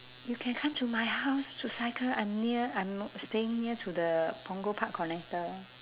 you can come to my house to cycle I'm near I'm n~ staying near to the punggol park connector